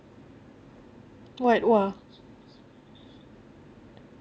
what !wah!